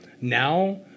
now